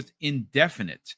indefinite